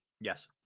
Yes